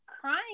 crying